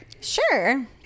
Sure